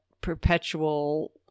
perpetual